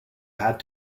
had